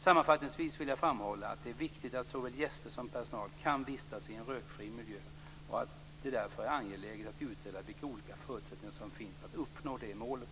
Sammanfattningsvis vill jag framhålla att det är viktigt att såväl gäster som personal kan vistas i en rökfri miljö och att det därför är angeläget att utreda vilka olika förutsättningar som finns för att uppnå det målet.